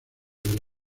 del